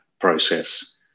process